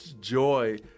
joy